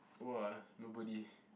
!wah! nobody